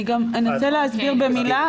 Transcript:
אני אנסה להסביר במילה,